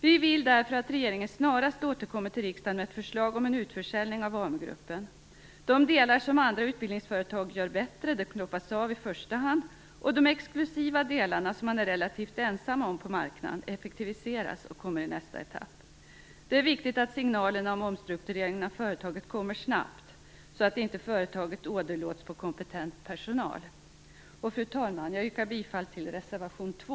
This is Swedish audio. Vi vill därför att regeringen snarast återkommer till riksdagen med ett förslag om en utförsäljning av Amu-gruppen. De delar som andra utbildningsföretag gör bättre knoppas av i första hand, och de exklusiva delar som man är relativt ensam om på marknaden effektiviseras och kommer i nästa etapp. Det är viktigt att signalerna om omstruktureringen av företaget kommer snabbt så att företaget inte åderlåts på kompetent personal. Fru talman! Jag yrkar bifall till reservation 2.